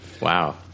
Wow